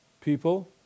people